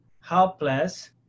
helpless